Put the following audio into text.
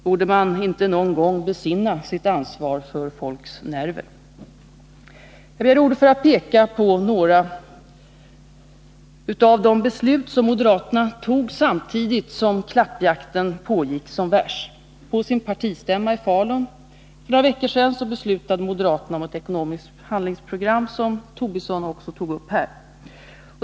Borde man inte någon gång besinna sitt ansvar för folks nerver? Jag begärde ordet för att peka på några av de beslut som moderaterna tog samtidigt som klappjakten pågick som värst. På sin partistämma i Falun för några veckor sedan beslöt moderaterna om ett ekonomiskt handlingsprogram, vilket Lars Tobisson också tog upp här.